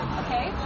okay